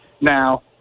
Now